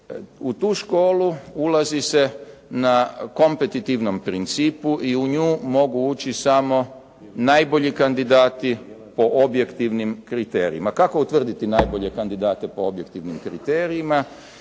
U tu školu ulazi se na kompetitivnom principu i u nju mogu ući samo najbolji kandidati po objektivnim kriterijima. Kako utvrditi najbolje kandidate po objektivnim kriterijima?